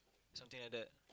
something like that